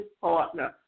partner